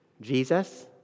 Jesus